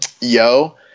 yo